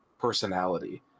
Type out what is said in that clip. personality